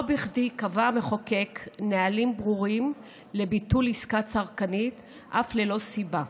לא בכדי קבע המחוקק נהלים ברורים לביטול עסקה צרכנית אף ללא סיבה.